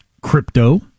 crypto